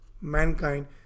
mankind